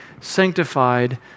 sanctified